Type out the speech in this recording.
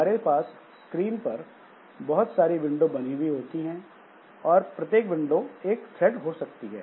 हमारे पास स्क्रीन पर बहुत सारी विंडो बनी हुई होती हैं और प्रत्येक विंडो एक थ्रेड हो सकती है